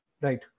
Right